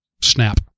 snap